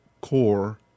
core